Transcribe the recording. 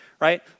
right